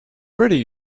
pretty